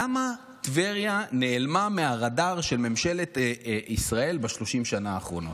למה טבריה נעלמה מהרדאר של ממשלת ישראל ב-30 השנה האחרונות?